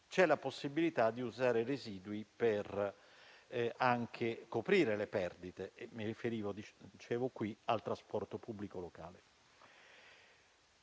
c'è la possibilità di usare i residui anche per coprire le perdite (mi riferisco al trasporto pubblico locale).